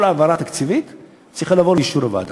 כל העברה תקציבית צריכה לעבור לאישור הוועדה.